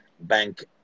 bank